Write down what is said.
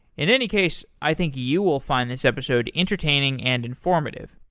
in any case, i think you will find this episode entertaining and informative.